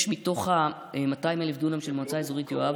מתוך 200,000 דונם של מועצה אזורית יואב,